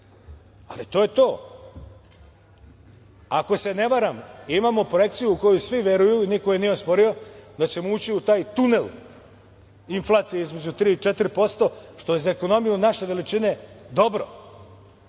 ali to je to. Ako se ne varam, imamo projekciju u koju svi veruju i niko je nije osporio da ćemo ući u taj tunel inflacije između 3% i 4%, što je za ekonomiju naše veličine dobro